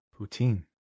Poutine